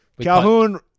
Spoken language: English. Calhoun